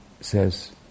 says